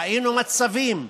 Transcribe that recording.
ראינו מצבים,